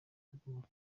tugomba